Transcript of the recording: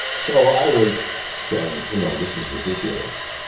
so i was saying, you know, this is ridiculous.